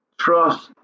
trust